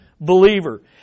believer